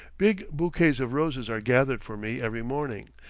big bouquets of roses are gathered for me every morning,